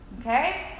Okay